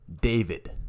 David